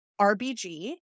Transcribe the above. RBG